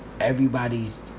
everybody's